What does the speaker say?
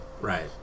Right